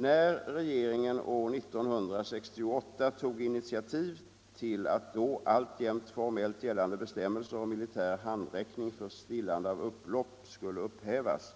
När regeringen år 1968 tog initiativ till att då alltjämt formellt gällande bestämmelser om militär handräckning för stillande av upplopp skulle upphävas,